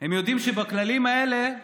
הם יודעים שבכללים האלה,